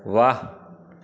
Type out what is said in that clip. वाह